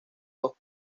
dos